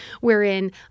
wherein